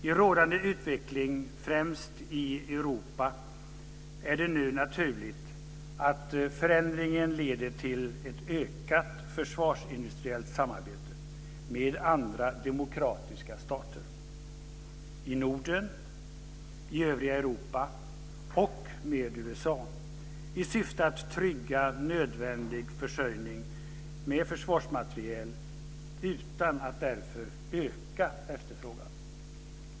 I rådande utveckling främst i Europa är det nu naturligt att förändringen leder till ett ökat försvarsindustriellt samarbete med andra demokratiska stater i Norden och i övriga Europa och med USA i syfte att trygga nödvändig försörjning av försvarsmateriel utan att därför öka efterfrågan.